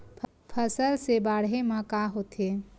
फसल से बाढ़े म का होथे?